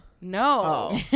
No